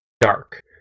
dark